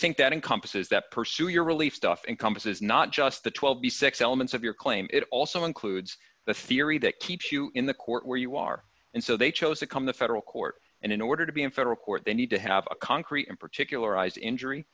think that encompasses that pursue your relief stuff and compass is not just the twelve b six elements of your claim it also includes the theory that keeps you in the court where you are and so they chose to come to federal court and in order to be in federal court they need to have a concrete and particularized injury